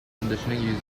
conditioning